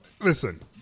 listen